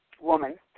woman